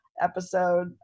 episode